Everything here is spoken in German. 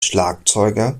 schlagzeuger